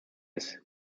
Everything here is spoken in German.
ist